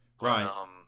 right